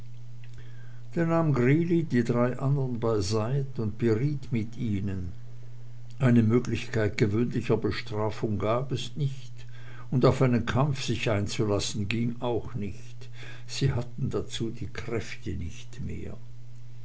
greeley die drei andern beiseit und beriet mit ihnen eine möglichkeit gewöhnlicher bestrafung gab es nicht und auf einen kampf sich einzulassen ging auch nicht sie hatten dazu die kräfte nicht mehr